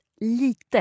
lite